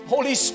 Holy